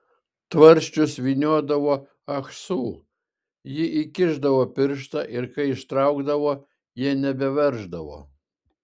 tvarsčius vyniodavo ahsu ji įkišdavo pirštą ir kai ištraukdavo jie nebeverždavo